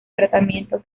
tratamiento